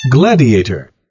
gladiator